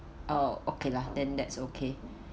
oh okay lah then that's okay